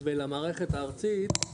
ולמערכת הארצית,